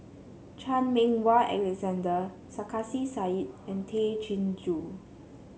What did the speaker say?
Chan Meng Wah Alexander Sarkasi Said and Tay Chin Joo